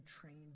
trained